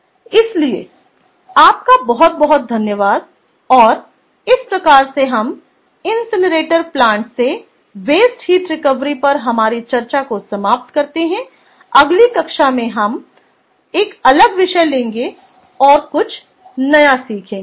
इसलिए आपका बहुत बहुत धन्यवाद और इस प्रकार से हम इनसिनरेटरप्लांट से वेस्ट हीट रिकवरी पर हमारी चर्चा को समाप्त करते हैं अगली कक्षा में हम एक अलग विषय लेंगे और कुछ नया सीखेंगे